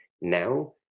now